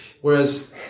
Whereas